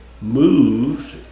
moved